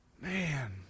Man